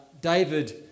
David